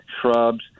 shrubs